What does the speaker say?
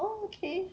oh okay